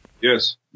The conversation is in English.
Yes